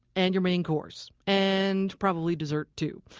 and your main course. and probably dessert, too.